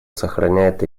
сохраняет